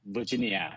Virginia